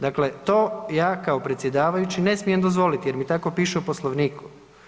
Dakle, to ja kao predsjedavajući ne smijem dozvoliti jer mi tako piše u Poslovniku.